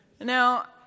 Now